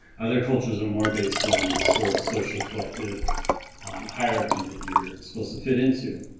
other cultures are more based on the sort of social collective hierarchy that you're supposed to fit into,